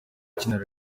akinira